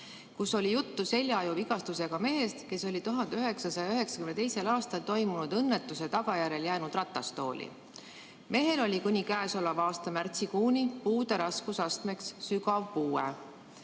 kus oli juttu seljaajuvigastusega mehest, kes oli 1992. aastal toimunud õnnetuse tagajärjel jäänud ratastooli. Mehel oli kuni käesoleva aasta märtsikuuni puude raskusastmeks sügav puue.